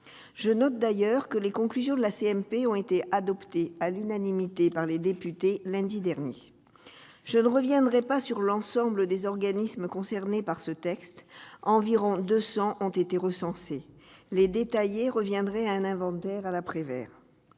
Je note d'ailleurs que ces conclusions ont été adoptées à l'unanimité par les députés lundi dernier. Je ne reviendrai pas sur l'ensemble des organismes concernés par ce texte : environ 200 ont été recensés ; les détailler reviendrait à dresser un inventaire à la Prévert.